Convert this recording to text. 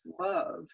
love